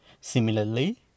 Similarly